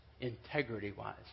integrity-wise